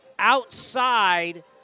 Outside